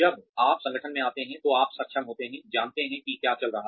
जब आप संगठन में आते हैं तो आप सक्षम होते हैं जानते हैं कि क्या चल रहा है